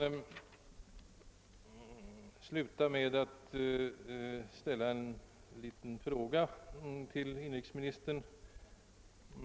Jag vill sluta med att ställa en fråga till inrikesministern